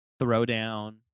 Throwdown